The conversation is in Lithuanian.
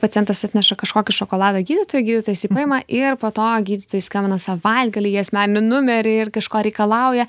pacientas atneša kažkokį šokoladą gydytojui gydytojas jį paima ir po to gydytojui skambina savaitgalį į asmeninį numerį ir kažko reikalauja